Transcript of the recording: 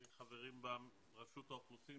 חברים בה רשות האוכלוסין,